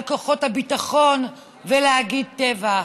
על כוחות הביטחון, ולהגיד "טבח".